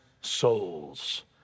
souls